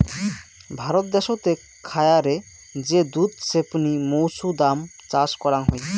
ভারত দ্যাশোতে খায়ারে যে দুধ ছেপনি মৌছুদাম চাষ করাং হই